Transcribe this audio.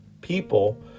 people